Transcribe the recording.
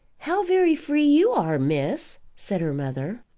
how very free you are, miss! said her mother.